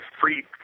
free